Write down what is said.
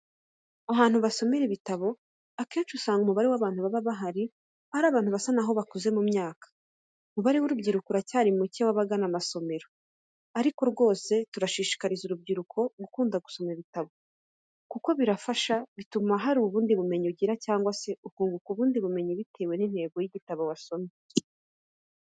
Ahantu basomera ibitabo akenshi usanga umubare w'abantu baba bahari ari abantu basa naho bakuze mu myaka, umubare w'urubyiro uracyari mucye wabagana amasomero, ariko rwose turashishikariza urubyiruko gukunda gusoma ibitabo kuko birafasha bituma hari ubundi bumenyi ugira cyangwa se ukunguka ubundi bumenyi bitewe n'intego y'igitabo wasomye.